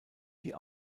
die